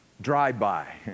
drive-by